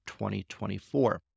2024